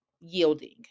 yielding